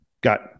got